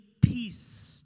peace